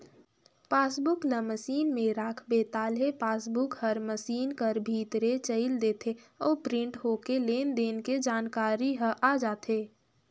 passbook ल machine में राखबे ताहले पासबुक हर मसीन कर भीतरे चइल देथे अउ प्रिंट होके लेन देन के जानकारी ह आ जाथे